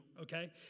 okay